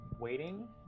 waiting